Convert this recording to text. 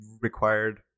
required